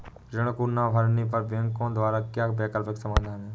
ऋण को ना भरने पर बैंकों द्वारा क्या वैकल्पिक समाधान हैं?